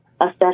assess